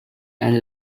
and